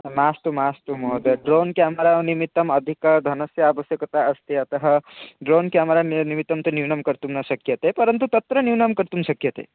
मास्तु मास्तु महोदय ड्रोन् क्यामरा निमित्तम् अधिकधनस्य अवश्यकता अस्ति अतः ड्रोन् क्यामरा नि निमित्तं तु न्यूनं कर्तुं न शक्यते परन्तु तत्र न्यूनं कर्तुं शक्यते